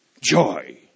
joy